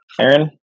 Aaron